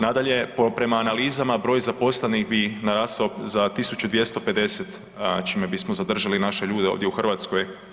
Nadalje, prema analizama, broj zaposlenih bi narastao za 1250 čime bismo zadržali naše ljude ovdje u Hrvatskoj.